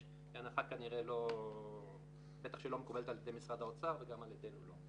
היא הנחה שבטח לא מקובלת על ידי משרד האוצר וגם על ידינו לא.